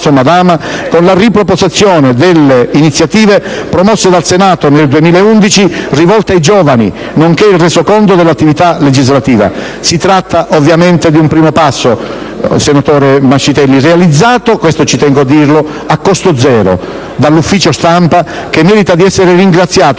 con la riproposizione delle iniziative promosse dal Senato nell'anno 2011 rivolte ai giovani, nonché il resoconto dell'attività legislativa. Si tratta ovviamente di un primo passo, senatore Mascitelli, realizzato a costo zero - ci tengo a dirlo - dall'Ufficio stampa, che merita di essere ringraziato